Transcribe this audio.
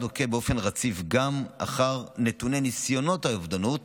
עוקב באופן רציף גם אחר נתוני ניסיונות האובדנות